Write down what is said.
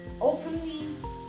openly